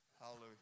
Hallelujah